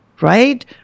Right